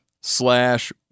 slash